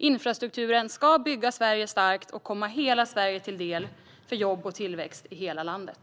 Infrastrukturen ska bygga Sverige starkt och komma hela Sverige till del för jobb och tillväxt i hela landet.